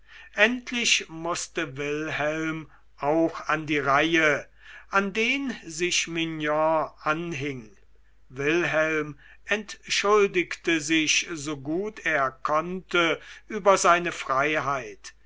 endlich mußte wilhelm auch an die reihe an den sich mignon anhing wilhelm entschuldigte sich so gut er konnte über seine freiheit